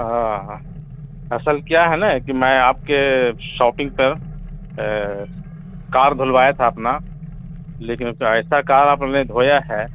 ہاں ہاں اصل کیا ہے نا کہ میں آپ کے شاپنگ پر کار دھلوایا تھا اپنا لیکن ایسا کار آپ نے دھویا ہے